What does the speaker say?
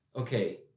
Okay